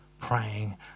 praying